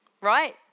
Right